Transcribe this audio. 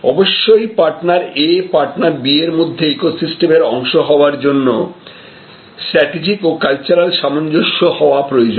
অবশ্যই partner A partner B এর মধ্যে ইকোসিস্টেমের অংশ হবার জন্য স্ট্র্যাটেজিক ও কালচারাল সামঞ্জস্য হওয়া প্রয়োজন